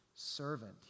Servant